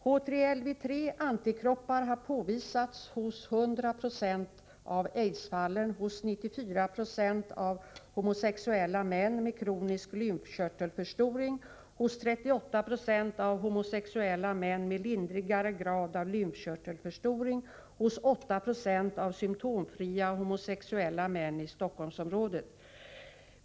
HTLV III-antikroppar har påvisats hos 100 26 av AIDS-fallen, hos 94926 av homosexuella män med kronisk lymfkörtelförstoring och hos 38 26 av homosexuella män med lindrigare grad av lymfkörtelförstoring samt hos 896 av symtomfria homosexuella män i Stockholmsområdet.